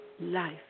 life